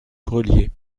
grelier